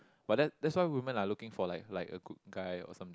but that that's why women are looking for like like a good guy or some